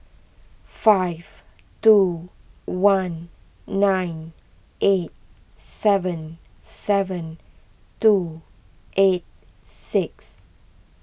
five two one nine eight seven seven two eight six